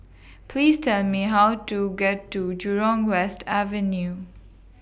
Please Tell Me How to get to Jurong West Avenue